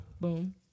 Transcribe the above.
Boom